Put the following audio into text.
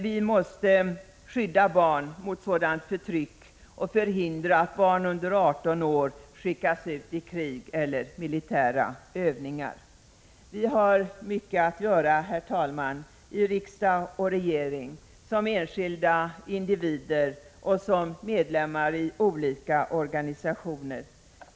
Vi måste skydda barn mot sådant förtryck och förhindra att barn under 18 år skickas ut i krig eller till militära övningar. Herr talman! Vi har mycket att göra i riksdag och regering, som enskilda individer och som medlemmar i olika organisationer.